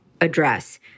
address